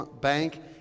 Bank